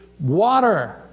water